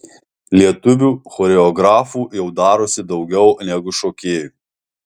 lietuvių choreografų jau darosi daugiau negu šokėjų